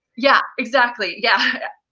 yeah, exactly. yeah.